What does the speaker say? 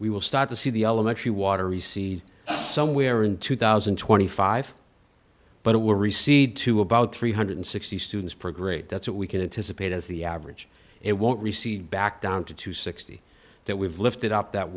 we will start to see the elementary water recedes somewhere in two thousand and twenty five but it will recede to about three hundred sixty students per grade that's what we can anticipate as the average it won't receive back down to to sixty that we've lifted up that